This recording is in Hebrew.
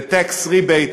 ב-tax rebate